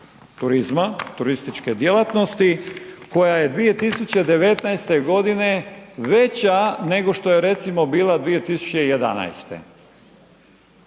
turizma, turističke djelatnosti koja je 2019. godine veća nego što je recimo bila 2011.-te.